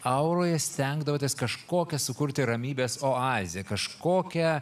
auroje stengdavotės kažkokią sukurti ramybės oazę kažkokią